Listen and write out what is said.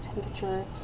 temperature